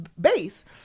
base